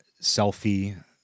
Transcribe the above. selfie